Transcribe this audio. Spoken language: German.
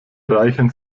reichern